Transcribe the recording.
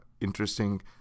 interesting